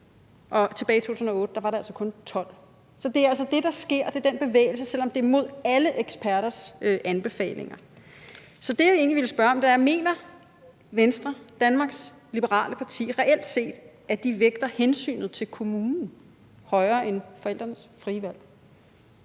og tilbage i 2008 var det altså kun 12. Så det er altså det, der sker, og det er den bevægelse, der foregår, selv om det er imod alle eksperters anbefalinger. Så det, jeg egentlig vil spørge om, er: Er det reelt set sådan, at Venstre, Danmarks Liberale Parti, vægter hensynet til kommunen højere end forældrenes frie valg?